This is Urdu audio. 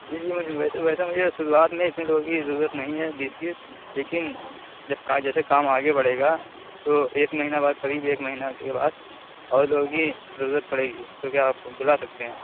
جی جی ویسے ویسا مجھے شروعات میں اتنے لوگوں کی ضرورت نہیں ہے بیس تیس لیکن جب کا جیسے کام آگے بڑھے گا تو ایک مہینہ بعد قریب ایک مہینہ کے بعد اور لوگوں کی ضرورت پڑے گی تو کیا آپ کو بُلا سکتے ہیں